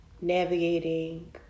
navigating